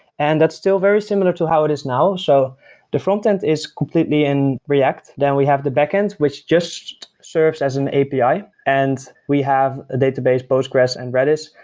and that's still very similar to how it is now. so the front-end is completely in react. then we have the backend, which just serves as an api and we have a database postgresql and redis.